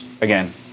again